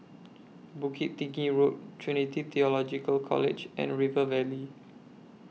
Bukit Tinggi Road Trinity Theological College and River Valley